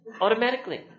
automatically